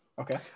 Okay